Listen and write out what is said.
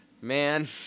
man